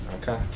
Okay